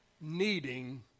needing